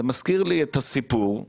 אתם "הורגים"